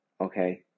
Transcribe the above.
okay